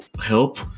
help